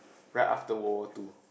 right after World War Two